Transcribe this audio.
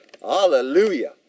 Hallelujah